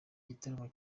igitaramo